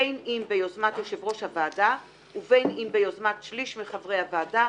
בין אם ביוזמת יושב ראש הוועדה ובין אם ביוזמת שליש מחברי הוועדה,